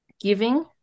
giving